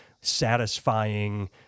satisfying